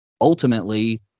ultimately